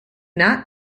not